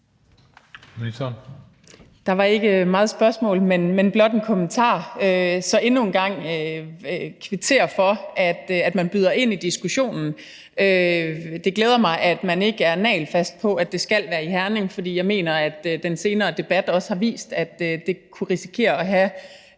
Der var ikke meget spørgsmål i det, men blot en kommentar. Så endnu en gang vil jeg kvittere for, at man byder ind i diskussionen. Det glæder mig, at man ikke er nagelfast, i forhold til at det skal være i Herning, for jeg mener, at den senere debat også har vist, at det kunne risikere at have